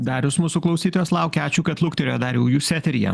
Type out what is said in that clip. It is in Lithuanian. darius mūsų klausytojas laukia ačiū kad luktelėjot dariau jūs eteryje